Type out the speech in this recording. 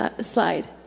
slide